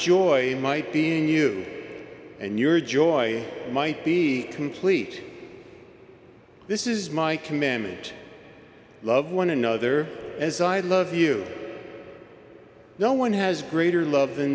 joy might being you and your joy might be complete this is my commandment love one another as i love you no one has greater love